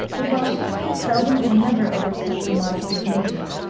but while shakspere seldom or never overstepped the modesty of nature,